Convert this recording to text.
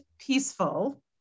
peaceful